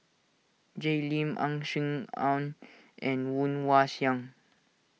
Jay Lim Ang Aun and Woon Wah Siang